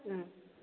ꯎꯝ